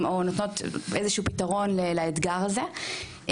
או נותנות איזשהו פתרון לאתגר הזה,